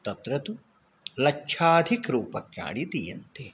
तत्र तु लक्षाधिक रूप्यकाणि दीयन्ते